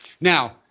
Now